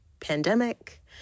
pandemic